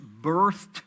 birthed